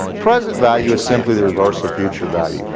present value is simply the reverse of future value,